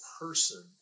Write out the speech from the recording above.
person